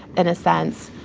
and a sense,